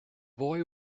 boy